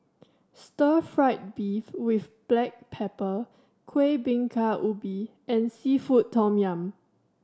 stir fried beef with black pepper Kueh Bingka Ubi and seafood tom yum